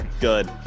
good